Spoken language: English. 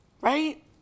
right